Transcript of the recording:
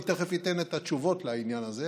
אני תכף אתן את התשובות לעניין הזה,